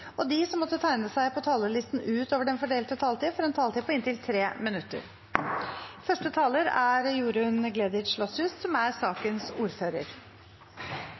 og de som måtte tegne seg på talerlisten utover den fordelte taletid, får en taletid på inntil 3 minutter. Det er